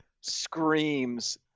screams